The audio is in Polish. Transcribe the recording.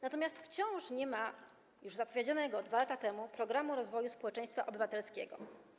Natomiast wciąż nie ma zapowiedzianego już 2 lata temu programu rozwoju społeczeństwa obywatelskiego.